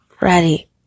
ready